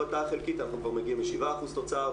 אנחנו מגיעים כבר ל-7% תוצר.